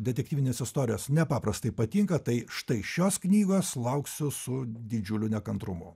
detektyvinės istorijos nepaprastai patinka tai štai šios knygos lauksiu su didžiuliu nekantrumu